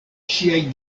ŝiaj